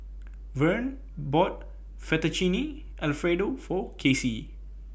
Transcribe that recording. Verne bought Fettuccine Alfredo For Casey